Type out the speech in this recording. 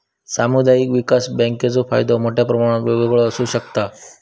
सामुदायिक विकास बँकेचो फायदो मोठ्या प्रमाणात वेगवेगळो आसू शकता